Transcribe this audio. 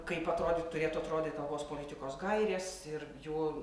kaip atrodyt turėtų atrodyt kalbos politikos gairės ir jų